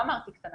לא אמרתי קטנה.